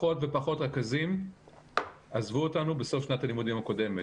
פחות ופחות רכזים עזבו אותנו בסוף שנת הלימודים הקודמת,